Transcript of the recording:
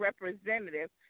representative